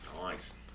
nice